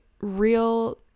real